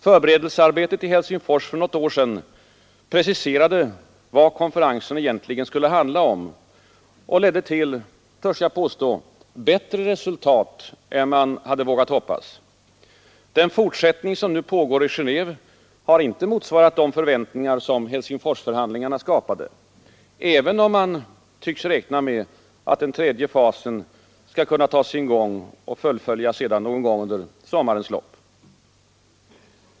Förberedelsearbetet i Helsingfors för något år sedan preciserade vad konferensen egentligen skulle handla om och ledde till — törs jag påstå — bättre resultat än man hade vågat hoppas. Den fortsättning som nu pågår i Genéve har inte motsvarat de förväntningar som Helsingforsförhandlingarna skapade, även om man tycks räkna med att den tredje fasen skall kunna ta sin början och fullföljas någon gång under sommarens lopp.